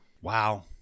Wow